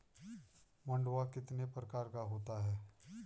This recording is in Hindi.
मंडुआ कितने प्रकार का होता है?